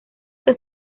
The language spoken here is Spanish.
que